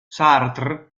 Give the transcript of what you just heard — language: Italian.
sartre